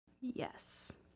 Yes